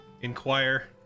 inquire